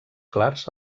clars